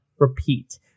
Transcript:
Repeat